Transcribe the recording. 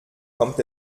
kommt